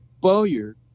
bowyer